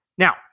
Now